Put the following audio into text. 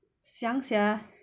想 sia